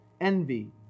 envy